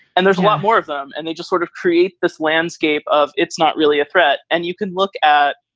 and there's a lot more of them. and they just sort of create this landscape of it's not really a threat. and you can look at.